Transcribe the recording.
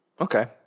Okay